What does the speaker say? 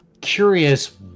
curious